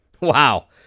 Wow